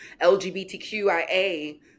lgbtqia